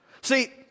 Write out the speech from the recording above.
See